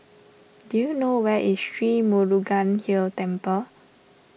do you know where is Sri Murugan Hill Temple